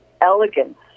elegance